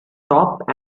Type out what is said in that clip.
top